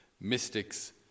mystics